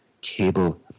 cable